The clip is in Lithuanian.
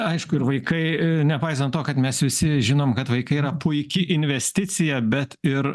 aišku ir vaikai nepaisant to kad mes visi žinom kad vaikai yra puiki investicija bet ir